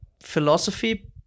philosophy